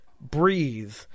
breathe